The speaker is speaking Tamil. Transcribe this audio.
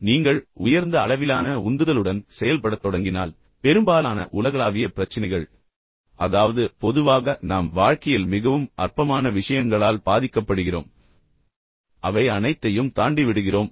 மேலும் நீங்கள் உயர்ந்த அளவிலான உந்துதலுடன் செயல்படத் தொடங்கினால் பெரும்பாலான உலகளாவிய பிரச்சினைகள் அதாவது அதாவது பொதுவாக நாம் வாழ்க்கையில் வாழ்க்கையில் மிகவும் எளிமையான அற்பமான விஷயங்களால் பாதிக்கப்படுகிறோம் அவை அனைத்தையும் தாண்டிவிடுகிறோம்